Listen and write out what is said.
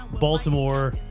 Baltimore